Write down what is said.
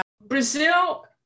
Brazil